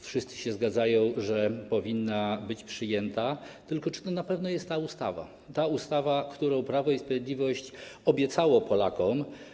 Wszyscy się zgadzają, że powinna być przyjęta, tylko czy to na pewno jest ta ustawa, którą Prawo i Sprawiedliwość obiecało Polakom.